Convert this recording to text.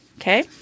okay